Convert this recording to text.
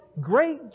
Great